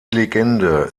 legende